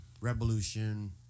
revolution